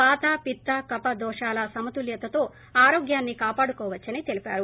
వాత పిత్త కఫ దోషాల సమత్తుల్యతతో ఆరోగ్యాన్ని కాపాడుకోవచ్చని తెలిపారు